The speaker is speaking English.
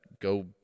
go